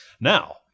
now